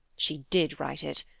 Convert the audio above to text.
she did write it.